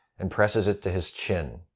and presses it to his chin.